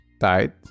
tight